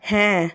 হ্যাঁ